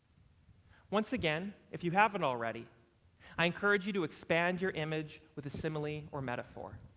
once again if you haven't already i encourage you to expand your image with a simile or metaphor.